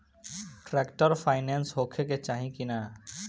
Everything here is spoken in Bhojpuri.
ट्रैक्टर पाईनेस होखे के चाही कि ना?